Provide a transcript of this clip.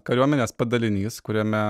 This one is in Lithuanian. kariuomenės padalinys kuriame